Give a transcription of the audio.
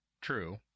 True